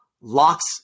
locks